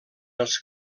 els